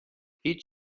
هیچ